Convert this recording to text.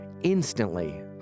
Instantly